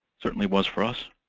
certainly was for us.